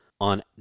on